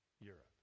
Europe